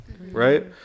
Right